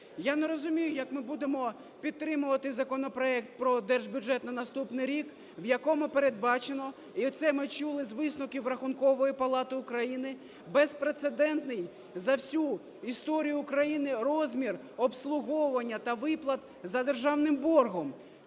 Я не розумію, як ми будемо підтримувати законопроект про Держбюджет на наступний рік, в якому передбачено, і це ми чули з висновків Рахункової палати України, безпрецедентний за всю історію України розмір обслуговування та виплат за державним боргом